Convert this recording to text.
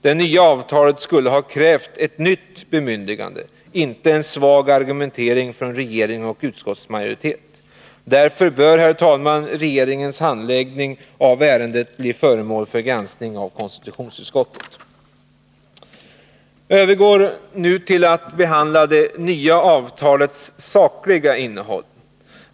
Det nya avtalet skulle ha krävt ett nytt bemyndigande, inte en svag argumentering från regering och utskottsmajoritet. Därför, herr talman, bör regeringens handläggning av ärendet bli föremål för granskning av konstitutionsutskottet. Jag övergår nu till att behandla det nya avtalets sakliga innehåll.